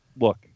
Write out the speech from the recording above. look